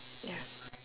ya